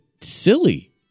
silly